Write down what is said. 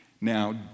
Now